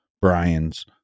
Brian's